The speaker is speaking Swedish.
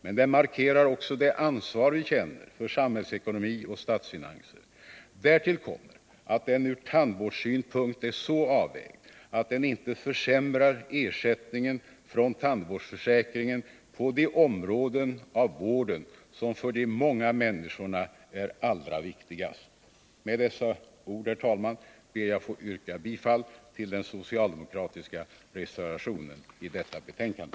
men den markerar också det ansvar vi känner för samhällsekonomi och statsfinanser. Därtill kommer att den ur tandvårdssynpunkt är så avvägd att den inte försämrar ersättningen från tandvårdsförsäkringen på de områden av vården som för de många människorna är allra viktigast. Med dessa ord ber jag, herr talman, att få yrka bifall till den socialdemokratiska reservationen i detta betänkande.